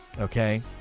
okay